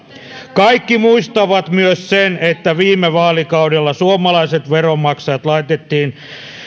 kaikki muistavat myös sen että viime vaalikaudella suomalaiset veronmaksajat laitettiin